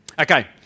Okay